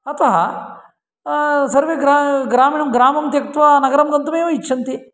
अतः सर्वे ग्रामीणं ग्रामं त्यक्त्वा नगरं गन्तुम् एव इच्छन्ति